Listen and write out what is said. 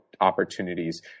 opportunities